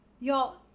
y'all